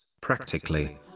Practically